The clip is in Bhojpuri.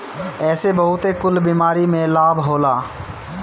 एसे बहुते कुल बीमारी में लाभ होला